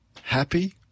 Happy